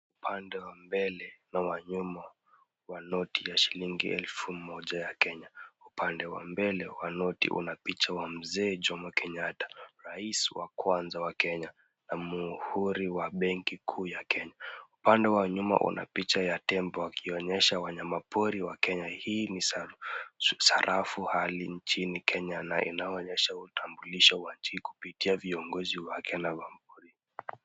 Upande wa mbele na wa nyuma wa noti ya shilingi elfu moja ya Kenya. Upande wa mbele wa noti una picha ya Mzee Jomo Kenyatta, rais wa kwanza wa Kenya na muhuri wa Benki Kuu ya Kenya. Upande wa nyuma una picha ya tembo, akionyesha wanyama pori wa Kenya. Hii ni sarafu hali nchini Kenya na inayoonyesha utambulisho wa nchi kupitia viongozi wake na maudhui.